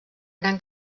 gran